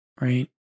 Right